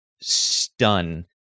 stun